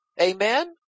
Amen